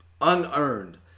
unearned